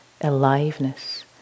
aliveness